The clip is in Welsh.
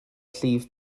llif